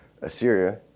Assyria